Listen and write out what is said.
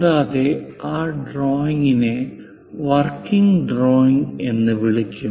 കൂടാതെ ആ ഡ്രോയിംഗിനെ വർക്കിംഗ് ഡ്രോയിംഗ് എന്ന് വിളിക്കും